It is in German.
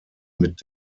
mit